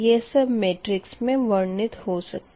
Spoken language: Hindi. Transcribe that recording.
यह सब मेट्रिक्स में वर्णित हो सकता है